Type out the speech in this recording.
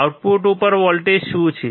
output ઉપર voltage શું છે